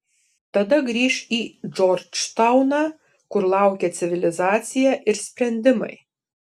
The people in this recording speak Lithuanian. tada grįš į džordžtauną kur laukė civilizacija ir sprendimai